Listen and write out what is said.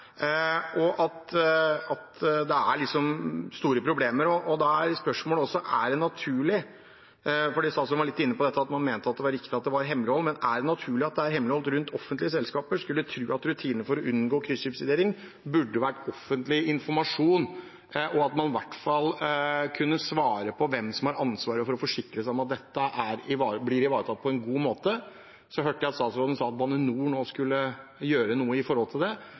er spørsmålet om det er naturlig at det er hemmelighold rundt offentlige selskaper – statsråden var inne på at man mente det var riktig med hemmelighold. Man skulle tro at rutiner for å unngå kryssubsidiering burde vært offentlig informasjon, og at man i hvert fall kunne svare på hvem som har ansvaret – for å forsikre seg om at dette blir ivaretatt på en god måte. Jeg hørte at statsråden sa at Bane NOR nå skulle gjøre noe med det, men man burde kanskje vært enda mer objektiv for å forsikre seg om dette. Me er opptatt av at det